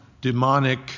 demonic